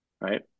Right